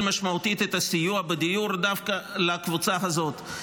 משמעותית את הסיוע בדיור דווקא לקבוצה הזאת,